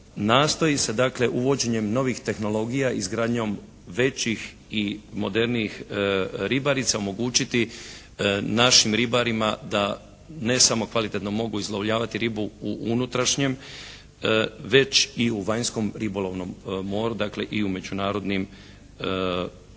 nastoji se dakle uvođenjem novih tehnologija izgradnjom većih i modernijih ribarica omogućiti našim ribarima da ne samo kvalitetno mogu izlovljavati ribu u unutrašnjem, već i u vanjskom ribolovnom moru, dakle i u međunarodnim morima,